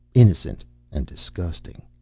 innocent and disgusting.